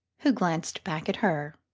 who glanced back at her.